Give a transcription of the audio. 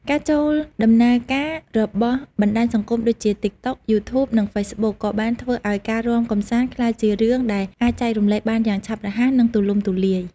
ការចូលដំណើរការរបស់បណ្តាញសង្គមដូចជា TikTok, YouTube និង Facebook ក៏បានធ្វើឲ្យការរាំកម្សាន្តក្លាយជារឿងដែលអាចចែករំលែកបានយ៉ាងឆាប់រហ័ស និងទូលំទូលាយ។